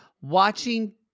Watching